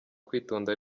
kwitonda